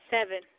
Seven